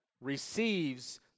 receives